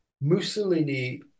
Mussolini